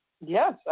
Yes